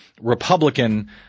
Republican